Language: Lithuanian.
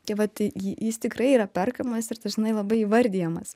tai vat jį jis tikrai yra perkamas ir dažnai labai įvardijamas